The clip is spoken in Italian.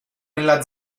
nella